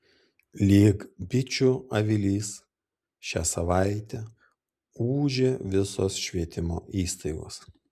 lyg bičių avilys šią savaitę ūžė visos švietimo įstaigos